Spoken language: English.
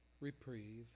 reprieve